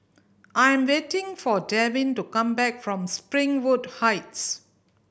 I am waiting for Devin to come back from Springwood Heights